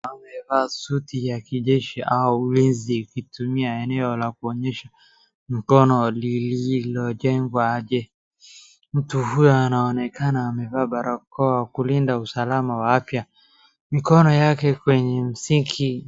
Amevaa suti ya kijeshi au ulinzi ikitumia eneo la kuonyesha mkono lililojengwa. Mtu huyo anaonekana amevaa barakoa kulinda usalama wa afya. Mikono yake kwenye msingi.